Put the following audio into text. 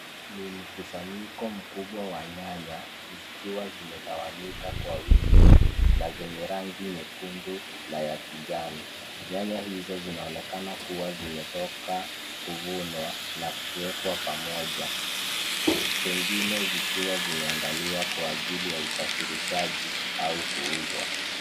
Ni mkusanyiko mkubwa wa nyanya zikiwa zimetawanyika kwa wingi na zenye rangi nyekundu na ya kijani. Nyanya hizo zinaonekana kuwa zimetoka kuvunwa na kuwekwa pamoja pengine zikiwa zimeandaliwa kwa ajili ya usafirishaji au kuuzwa.